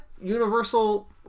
universal